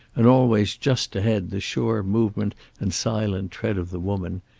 and always just ahead the sure movement and silent tread of the woman,